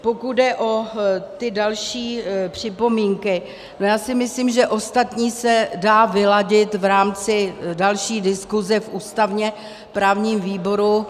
Pokud jde o ty další připomínky, já si myslím, že ostatní se dá vyladit v rámci další diskuse v ústavněprávním výboru.